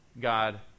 God